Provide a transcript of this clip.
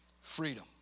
freedom